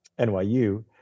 nyu